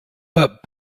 but